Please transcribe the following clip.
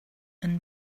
and